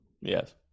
yes